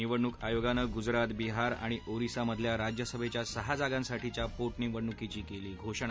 निवडणूक आयोगानं गुजरात बिहार आणि ओरिसामधल्या राज्यसभाव्या सहा जागांसाठीच्या पोटनिवडणूकीची कली घोषणा